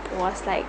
was like